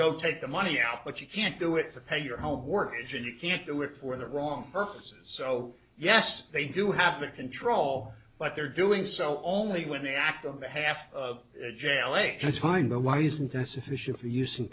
go take the money out but you can't do it for pay your homework and you can't do it for the wrong purposes so yes they do have the control but they're doing so only when they act on behalf of jailing that's fine but why isn't this efficient for us